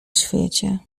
świecie